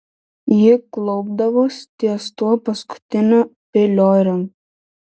ji klaupdavos ties tuo paskutiniu piliorium